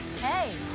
Hey